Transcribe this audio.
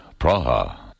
Praha